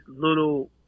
little –